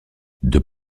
deux